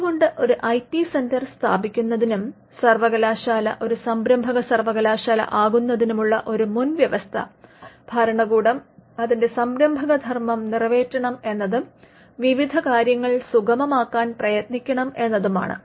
അത് കൊണ്ട് ഒരു ഐ പി സെന്റർ സ്ഥാപിക്കുന്നതിനും സർവകലാശാല ഒരു സംരംഭക സർവകലാശാല ആകുന്നതിനുമുള്ള ഒരു മുൻ വ്യവസ്ഥ ഭരണകൂടം അതിന്റെ സംരംഭകധർമ്മം നിറവേറ്റണം എന്നതും വിവിധ കാര്യങ്ങൾ സുഗമമാക്കാൻ പ്രയത്നിക്കണം എന്നതുമാണ്